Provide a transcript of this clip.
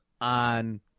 on